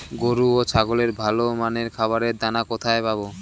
গরু ও ছাগলের ভালো মানের খাবারের দানা কোথায় পাবো?